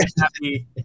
happy